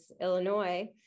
Illinois